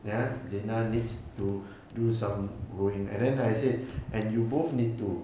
ya zina needs to do some growing and then like I said and you both need to